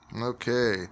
Okay